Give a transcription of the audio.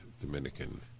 Dominican